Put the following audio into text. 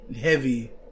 heavy